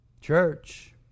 church